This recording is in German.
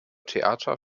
theater